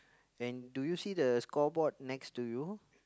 and do you see the scoreboard next to you